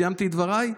סיימתי את דבריי?